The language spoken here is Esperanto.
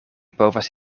povas